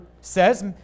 says